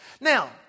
Now